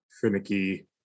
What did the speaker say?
finicky